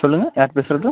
சொல்லுங்கள் யார் பேசுகிறது